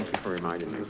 for reminding